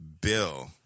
bill